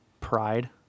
pride